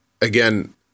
Again